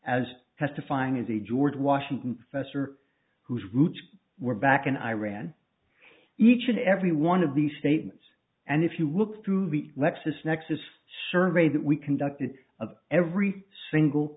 as testifying as a george washington fessor whose roots were back in iran each and every one of these statements and if you look through the lexis nexis sure grade that we conducted of every single